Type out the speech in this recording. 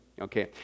okay